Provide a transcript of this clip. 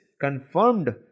confirmed